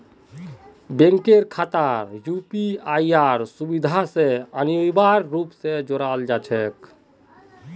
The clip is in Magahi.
बैंकेर खाताक यूपीआईर सुविधा स अनिवार्य रूप स जोडाल जा छेक